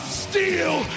steel